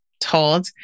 told